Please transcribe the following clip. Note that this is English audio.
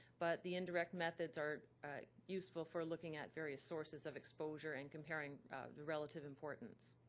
but the indirect methods are useful for looking at various sources of exposure and comparing the relative importance.